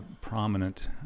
prominent